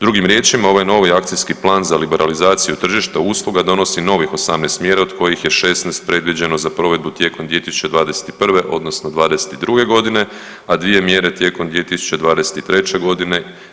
Drugim riječima ovaj novi Akcijski plan za liberalizaciju tržišta usluga donosi novih 18 mjera od kojih je 16 predviđeno za provedbu tijekom 2021. odnosno '22. godine, a dvije mjere tijekom 2023. godine.